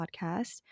podcast